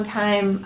time